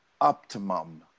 optimum